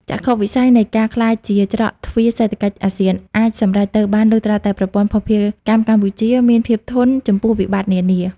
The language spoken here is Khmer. ចក្ខុវិស័យនៃការក្លាយជា "ច្រកទ្វារសេដ្ឋកិច្ចអាស៊ាន" អាចសម្រេចទៅបាន លុះត្រាតែប្រព័ន្ធភស្តុភារកម្មកម្ពុជាមានភាពធន់ ចំពោះវិបត្តិនានា។